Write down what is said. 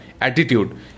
attitude